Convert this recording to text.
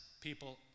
people